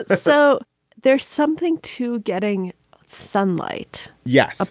ah so there's something to getting sunlight. yes.